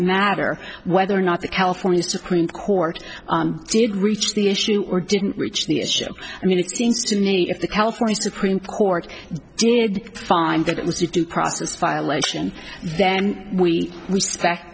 matter whether or not the california supreme court did reach the issue or didn't reach the issue i mean it seems to me if the california supreme court did find that it was your due process violation then and we respect